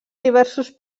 diversos